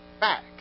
back